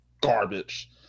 garbage